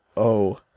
o,